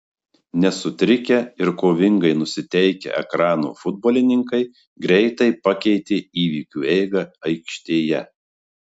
nesutrikę ir kovingai nusiteikę ekrano futbolininkai greitai pakeitė įvykių eigą aikštėje